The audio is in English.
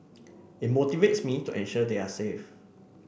it motivates me to ensure they are safe